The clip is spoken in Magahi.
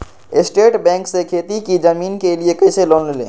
स्टेट बैंक से खेती की जमीन के लिए कैसे लोन ले?